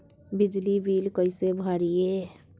बिजली बिल कैसे भरिए?